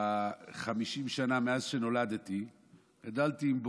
ב-50 השנים מאז שנולדתי גדלתי עם האמריקאים